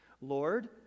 lord